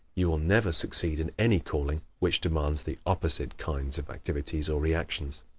you will never succeed in any calling which demands the opposite kinds of activities or reactions.